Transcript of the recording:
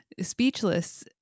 speechless